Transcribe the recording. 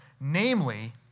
Namely